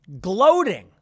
gloating